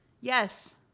yes